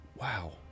Wow